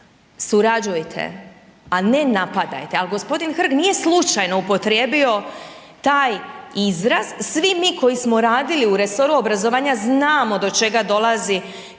Surađujte, a ne napadajte, ali g. Hrg nije slučajno upotrijebio taj izraz, svi mi koji smo radili u resoru obrazovanja znamo do čega dolazi kada